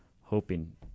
hoping